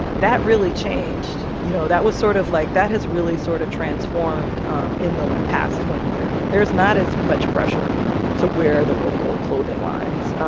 that really changed. you know, that was sort of like that has really sort of transformed um in the past twenty years. there is not as much pressure to wear the local clothing lines.